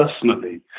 personally